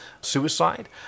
suicide